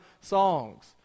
songs